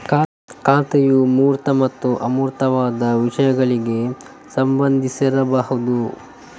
ಖಾತೆಯು ಮೂರ್ತ ಮತ್ತು ಅಮೂರ್ತವಾದ ವಿಷಯಗಳಿಗೆ ಸಂಬಂಧಿಸಿರಬಹುದು